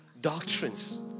doctrines